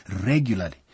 regularly